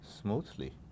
smoothly